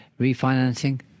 refinancing